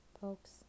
folks